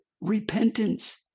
Repentance